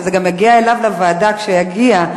שההצעה גם תגיע אליו לוועדה כשהיא תגיע,